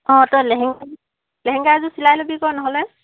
অঁ তই লেহেং লেহেংগা এযোৰ চিলাই ল'বি তই নহ'লে